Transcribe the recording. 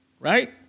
Right